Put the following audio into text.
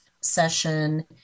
session